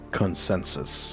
consensus